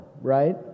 right